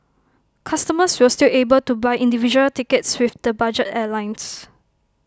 customers will still be able to buy individual tickets with the budget airlines